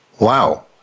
Wow